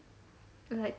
like